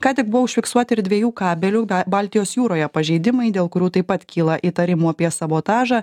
ką tik buvo užfiksuoti ir dviejų kabelių baltijos jūroje pažeidimai dėl kurių taip pat kyla įtarimų apie sabotažą